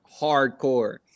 hardcore